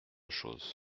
chose